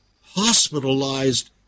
hospitalized